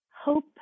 hope